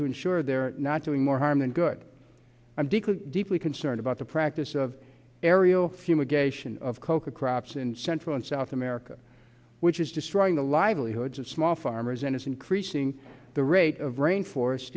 to ensure they're not doing more harm than good i'm deeply deeply concerned about the practice of aerial fumigation of coca crops in central and south america which is destroying the livelihoods of small farmers and is increasing the rate of rain forest